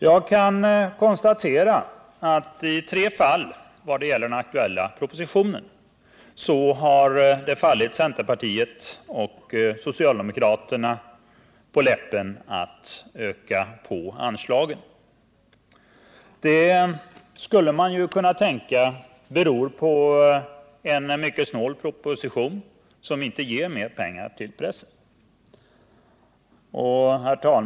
Jag kan konstatera att det i tre fall vad gäller den aktuella propositionen har fallit centerpartisterna och socialdemokraterna på läppen att öka på anslagen. Det skulle kunna tänkas bero på en mycket snål proposition, som inte ger mer pengar till pressen.